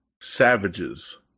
savages